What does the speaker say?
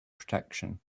protection